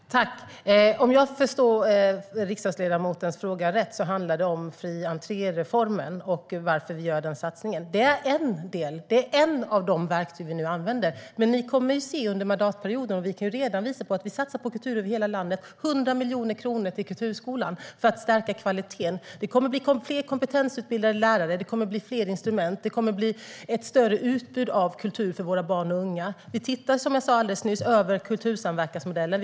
Herr talman! Om jag förstår riksdagsledamotens fråga rätt handlar det om fri-entré-reformen och varför vi gör den satsningen. Det är ett av de verktyg som vi använder. Under mandatperioden kommer vi att se hur det blir, och vi kan redan visa på att vi satsar på kultur över hela landet. Det är 100 miljoner kronor till Kulturskolan för att stärka kvaliteten. Det kommer att bli fler kompetensutbildade lärare. Det kommer att bli fler instrument. Det kommer att bli ett större utbud av kultur för våra barn och unga. Som jag sa nyss tittar vi över kultursamverkansmodellen.